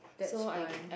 that's fine